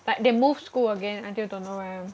like they move school again until don't know where